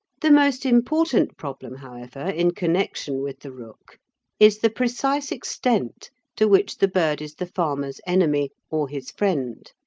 the most important problem however in connection with the rook is the precise extent to which the bird is the farmer's enemy or his friend.